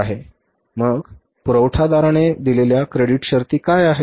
मग पुरवठादाराने दिलेल्या क्रेडिट शर्ती काय आहेत